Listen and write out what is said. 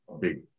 big